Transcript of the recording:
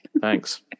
Thanks